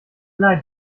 leid